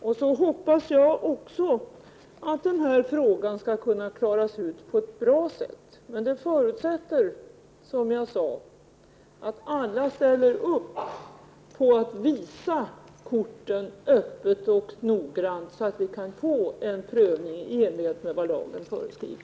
Jag hoppas också att denna fråga skall klaras ut på ett bra sätt, men det förutsätter som jag sade att alla ställer upp och visar korten öppet och noggrant så att vi kan få en prövning i enlighet med vad lagen föreskriver.